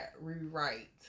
rewrite